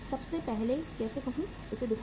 सबसे पहले कैसे कहूं इसे दिखाओ